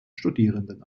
studierenden